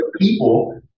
people